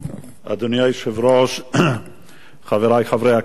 אדוני היושב-ראש, חברי חברי הכנסת,